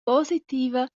positiva